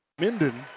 Minden